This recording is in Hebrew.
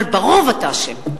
אבל ברוב אתה אשם.